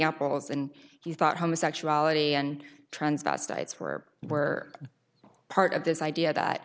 apples and he thought homosexuality and transvestites were were part of this idea that